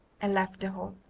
and left the hall,